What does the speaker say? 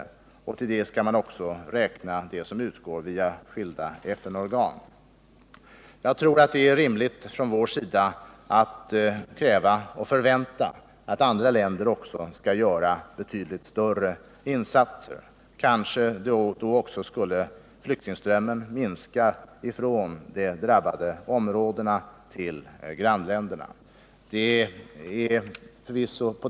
Man måste också räkna med det som utgår via skilda FN-organ. 58 Jag tror det är rimligt att från vår sida kräva och förvänta oss att andra länder skall göra betydligt större insatser. Kanske skulle då också flykting = Nr 47 strömmen från de drabbade områdena till grannländerna minska.